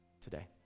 today